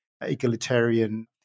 egalitarian